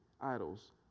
idols